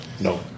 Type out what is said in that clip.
No